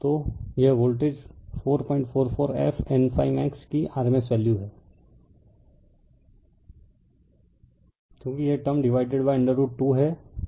तो यह voltage 444 f N∅max की RMS वैल्यू है क्योंकि यह टर्म डिवाइडेड बाय √2 है